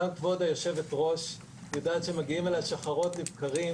גם כבוד היו"ר יודעת שמגיעים אליה שחרות לבקרים